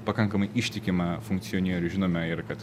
pakankamai ištikimą funkcionierių žinome ir kad